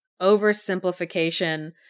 oversimplification